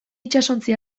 itsasontzi